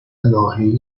ناحیه